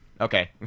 Okay